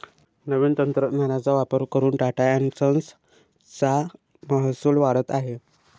नवीन तंत्रज्ञानाचा वापर करून टाटा एन्ड संस चा महसूल वाढत आहे